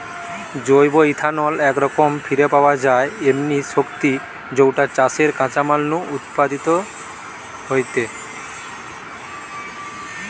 জৈব ইথানল একরকম ফিরে পাওয়া যায় এমনি শক্তি যৌটা চাষের কাঁচামাল নু উৎপাদিত হেইতে পারে